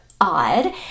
odd